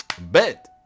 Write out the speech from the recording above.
Bet